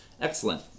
Excellent